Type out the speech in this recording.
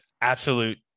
absolute